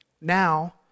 Now